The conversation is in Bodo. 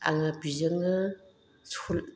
आङो बेजोंनो